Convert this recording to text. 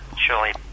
surely